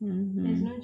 mmhmm